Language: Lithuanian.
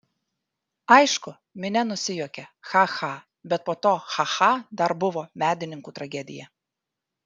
aišku minia nusijuokė cha cha bet po to cha cha dar buvo medininkų tragedija